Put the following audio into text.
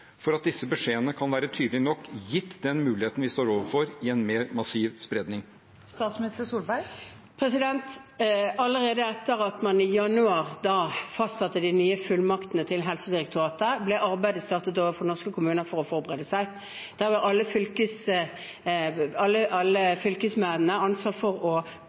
for at disse beskjedene kan være tydelige nok, gitt den muligheten vi står overfor med en mer massiv spredning? Allerede etter at man i januar fastsatte de nye fullmaktene til Helsedirektoratet, ble arbeidet startet overfor norske kommuner for å forberede seg. Da hadde alle fylkesmennene ansvaret for å